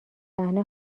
صحنه